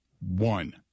One